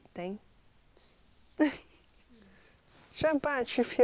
should I buy a three feet or buy a new two feet